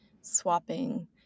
swapping